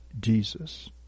Jesus